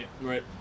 Right